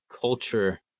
culture